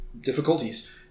difficulties